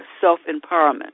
self-empowerment